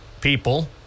people